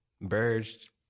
Birds